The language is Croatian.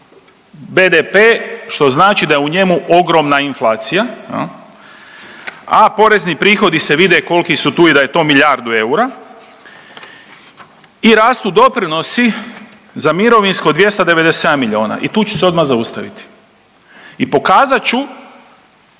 BDP što znači da je u njemu ogromna inflacija jel, a porezni prihodi se vide kolki su tu i da je to milijardu eura i rastu doprinosi za mirovinsko 297 milijuna i tu ću se odmah zaustaviti i pokazat ću